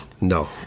no